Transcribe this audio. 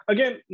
Again